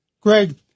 Greg